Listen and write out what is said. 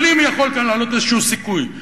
אבל אם יכול כאן לעלות איזשהו סיכוי,